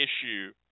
issue